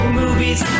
movies